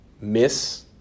miss